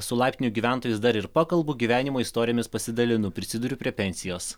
su laiptinių gyventojais dar ir pakalbu gyvenimo istorijomis pasidalinu prisiduriu prie pensijos